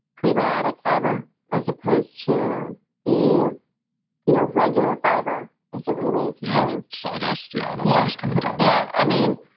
prebiotic fiber as opposed to the you know regular fiber as it relates yeah, sawdust. yeah that stuff was kind of dumb yeah. i mean,